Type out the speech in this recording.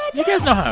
you guys know